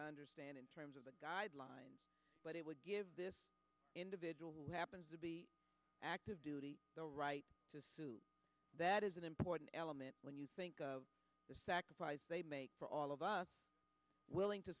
i understand in terms of the guidelines but it would give this individual who happens to be active duty the right to sue that is an important element when you think of the sacrifice they make for all of us willing to